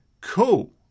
cool